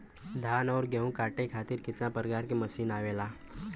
धान और गेहूँ कांटे खातीर कितना प्रकार के मशीन आवेला?